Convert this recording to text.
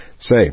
Say